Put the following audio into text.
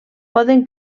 poden